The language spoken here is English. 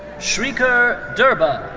srikar durbha.